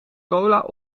cola